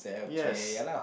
yes